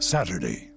Saturday